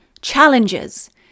challenges